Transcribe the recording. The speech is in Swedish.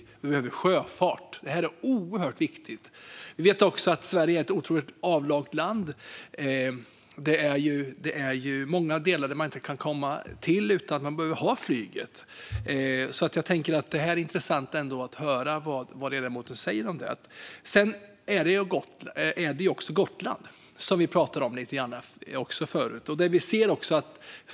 Vi behöver sjöfart. Det här är oerhört viktigt. Vi vet också att Sverige är ett otroligt avlångt land. Det är många delar man inte kan komma till utan flyget. Det skulle vara intressant att höra vad ledamoten säger om detta. Gotland pratade vi lite grann om förut.